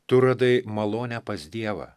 tu radai malonę pas dievą